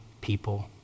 people